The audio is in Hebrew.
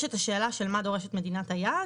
יש את השאלה של מה שדורשת מדינת היעד